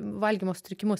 valgymo sutrikimus